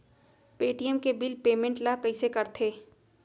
Paytm के bill payment ल कइसे करथे?